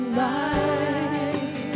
light